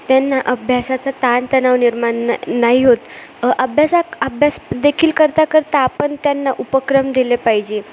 त्यांना अभ्यासाचा ताणतणाव निर्माण न नाही होत अभ्यासात अभ्यास देखील करता करता आपण त्यांना उपक्रम दिले पाहिजे